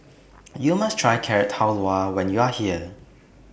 YOU must Try Carrot Halwa when YOU Are here